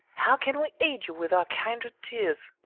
how can we aid you with our kindred tears?